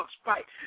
Spike